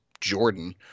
Jordan